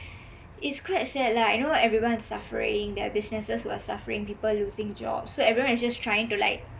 it's quite sad lah I know everyone is suffering there are businesses that are suffering people losing jobs everyone is just trying to like